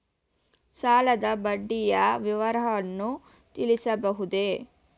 ಸಾಲದ ಬಡ್ಡಿಯ ವಿವರಗಳನ್ನು ತಿಳಿಯಬಹುದೇ?